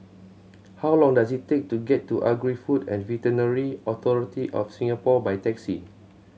how long does it take to get to Agri Food and Veterinary Authority of Singapore by taxi